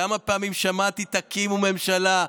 כמה פעמים שמעתי "תקימו ממשלה"?